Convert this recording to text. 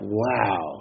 wow